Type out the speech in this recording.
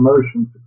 emotions